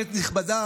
כנסת נכבדה,